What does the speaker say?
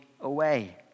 away